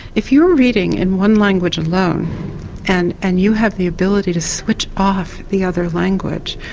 if you're reading in one language alone and and you have the ability to switch off the other language,